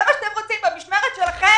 זה מה שאתם רוצים שיהיה במשמרת שלכם?